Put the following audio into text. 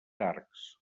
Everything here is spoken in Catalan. arcs